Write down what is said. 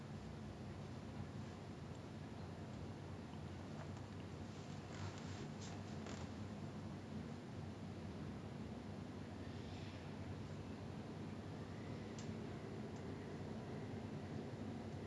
ya brother like I really thank because of my neighbours right a lot of times when I was like when I didn't feel like I go I want to go to school when I didn't feel like finishing homework or assignments stuff like that the good thing is neighbours you never know how old the student will be or like whether there will be someone your age you know